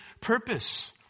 purpose